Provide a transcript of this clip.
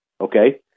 Okay